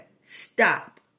stop